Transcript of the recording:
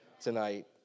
tonight